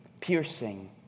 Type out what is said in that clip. piercing